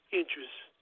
interests